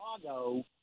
Chicago